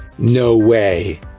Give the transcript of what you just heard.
no, way!